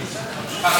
כבוד היושב-ראש,